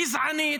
גזענית,